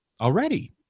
already